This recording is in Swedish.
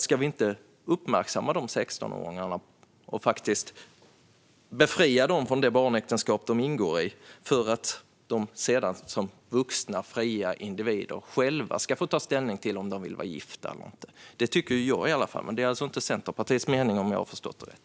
Ska vi inte uppmärksamma dessa 16-åringar och befria dem från det barnäktenskap de ingår i för att de sedan som vuxna fria individer själva ska få ta ställning till om de vill vara gifta eller inte? Det tycker i alla fall jag. Det är dock inte Centerpartiets mening, om jag har förstått det rätt.